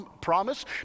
promise